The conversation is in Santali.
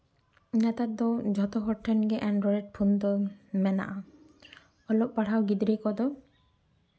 ᱱᱮᱛᱟᱨ ᱫᱚ ᱡᱷᱚᱛᱚ ᱦᱚᱲ ᱴᱷᱮᱱ ᱜᱮ ᱮᱱᱰᱨᱚᱭᱮᱰ ᱯᱷᱳᱱ ᱢᱮᱱᱟᱜᱼᱟ ᱚᱞᱚᱜ ᱯᱟᱲᱦᱟᱣ ᱜᱤᱫᱽᱨᱟᱹ ᱠᱚᱫᱚ